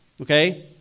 Okay